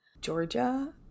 Georgia